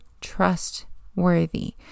trustworthy